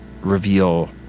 reveal